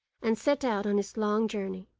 and set out on his long journey.